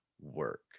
work